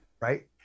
right